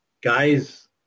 guys